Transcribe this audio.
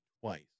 twice